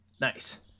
Nice